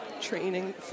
training